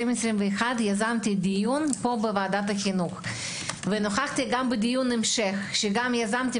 יזמתי דיון פה בוועדת החינוך ונכחתי גם בדיון המשך שיזמתי